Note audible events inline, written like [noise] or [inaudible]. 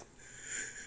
[laughs]